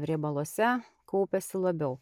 riebaluose kaupiasi labiau